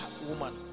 woman